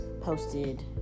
posted